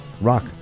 rock